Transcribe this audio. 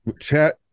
Chat